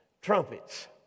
Trumpets